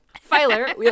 Filer